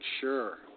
sure